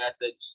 methods